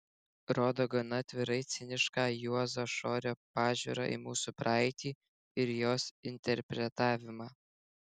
rodo gana atvirai cinišką juozo šorio pažiūrą į mūsų praeitį ir jos interpretavimą